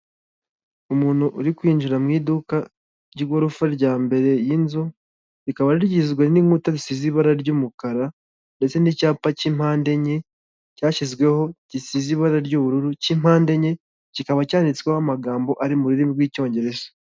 Umuntu uri kwinjira mu iduka ry'igorofa rya mbere y'inzu, rikaba rigizwe n'inkuta zisize ibara ry'umukara ndetse n'icyapa cy'impande enye cyashyizweho gisize ibara ry'ubururu cy'impande enye, kikaba cyanditsweho amagambo ari mu rurimi rw'icyongereza.